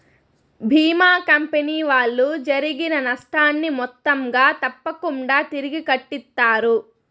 భీమా company వాళ్ళు జరిగిన నష్టాన్ని మొత్తంగా తప్పకుంగా తిరిగి కట్టిత్తారు